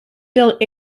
build